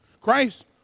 Christ